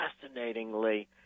fascinatingly